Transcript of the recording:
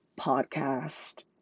podcast